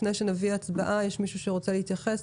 לפני ההצבעה, יש מישהו שרוצה להתייחס?